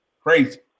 Crazy